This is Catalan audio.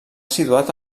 situat